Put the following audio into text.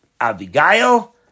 Abigail